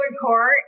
court